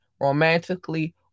romantically